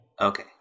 Okay